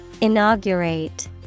Inaugurate